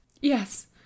yes